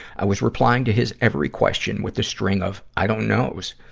i was replying to his every question with a string of i don't knows.